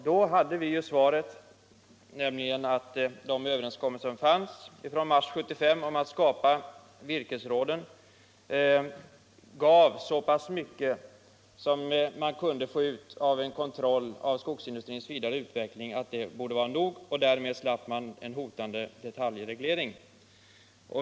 Då hade vi ju svaret, att de överenskommelser som fanns från mars 1975 om att skapa virkesråden gav så pass mycket som man kunde få ut av en kontroll av skogsindustrins vidare utveckling. Och därmed slapp industrin en hotande detaljreglering.